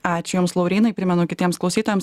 ačiū jums laurynai primenu kitiems klausytojams